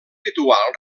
ritual